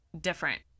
different